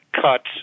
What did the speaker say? cuts